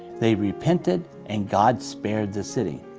they repented and god spared the city.